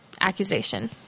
accusation